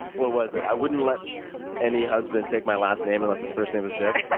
what was it? i wouldn't let any husband take my last name unless his first name was dick. i